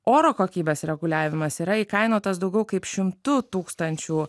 oro kokybės reguliavimas yra įkainotas daugiau kaip šimtu tūkstančių